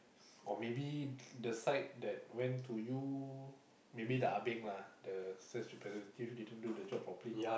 or maybe the side that went to you maybe the ah-beng lah the sales representative didn't do the job properly